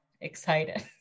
excited